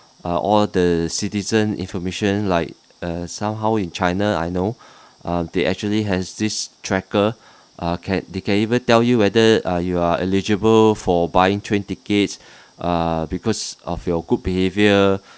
uh all the citizen information like uh somehow in china I know uh they actually has this tracker uh can they can even tell you whether uh you are eligible for buying train tickets err because of your good behaviour